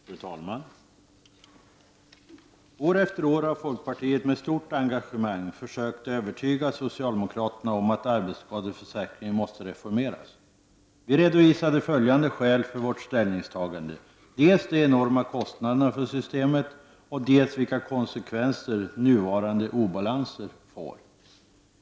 Fru talman! År efter år har vi i folkpartiet med stort engagemang försökt övertyga socialdemokraterna om att arbetsskadeförsäkringen måste reformeras. Vi redovisade följande skäl för vårt ställningstagande — dels de enorma kostnaderna för systemet, dels vilka konsekvenser nuvarande obalanser får.